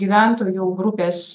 gyventojų grupės